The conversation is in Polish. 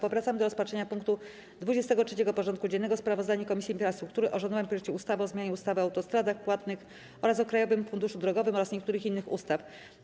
Powracamy do rozpatrzenia punktu 23. porządku dziennego: Sprawozdanie Komisji Infrastruktury o rządowym projekcie ustawy o zmianie ustawy o autostradach płatnych oraz o Krajowym Funduszu Drogowym oraz niektórych innych ustaw.